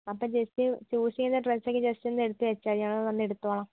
അപ്പോൾ just choose ചെയ്ത് ഡ്രെസ്സൊക്കെ ജസ്റ്റോന്ന് എടുത്തുവെച്ചാൽ മതി ഞങ്ങൾ വന്നെടുത്തോളാം